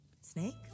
Snake